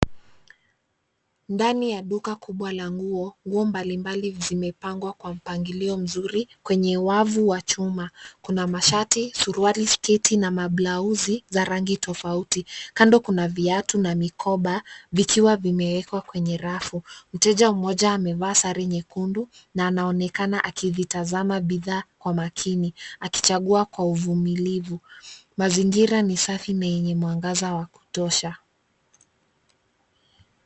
Ndani ya duka kubwa la nguo, nguo mbalimbali zimepangwa kwa mpangilio mzuri kwenye wavu wa chuma. Kuna mashati, suruali, sketi na mablauzi za rangi tofauti. Kando kuna viatu na mikoba vikiwa vimeekwa kwenye rafu. Mteja mmoja amevaa sare nyekundu na anaonekana akivitazama bidhaa kwa makini akichagua kwa uvumilivu. Mazingira ni safi na yenye mwangaza wa kutosha.